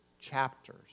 chapters